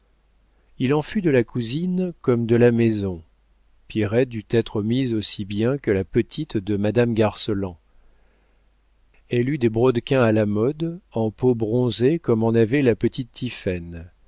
il en fut de la cousine comme de la maison pierrette dut être mise aussi bien que la petite de madame garceland elle eut des brodequins à la mode en peau bronzée comme en avait la petite